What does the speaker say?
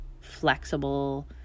flexible